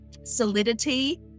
solidity